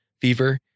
fever